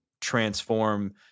transform